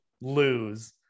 lose